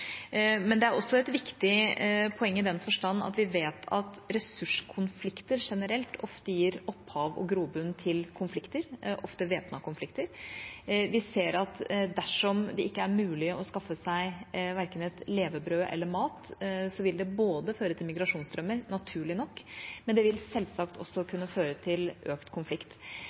Men det er også et viktig poeng i den forstand at vi vet at ressurskonflikter generelt ofte gir opphav til og grobunn for konflikter, ofte væpnede konflikter. Vi ser at dersom det ikke er mulig å skaffe seg verken et levebrød eller mat, vil det føre til migrasjonsstrømmer, naturlig nok, men det vil selvsagt også kunne føre til økt konflikt.